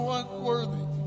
unworthy